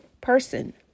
person